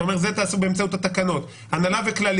אתה אומר שאת זה תעשו באמצעות התקנות הנהלה וכלליות,